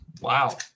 Wow